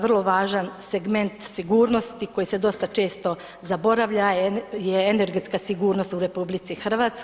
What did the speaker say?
Vrlo važan segment sigurnosti koji se dosta često zaboravlja je energetska sigurnost u RH.